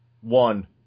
One